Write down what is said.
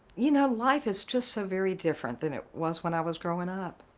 you know life is just so very different than it was when i was growing up.